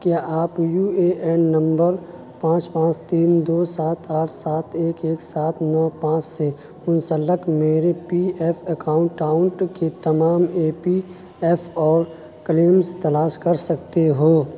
کیا آپ U A N number پانچ پانچ تین دو سات آٹھ سات ایک ایک سات نو پانچ سے منسلک میری پی ایف اکاؤنٹاؤنٹ کے تمام اے پی ایف اور کلیمز تلاش کر سکتے ہو